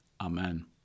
amen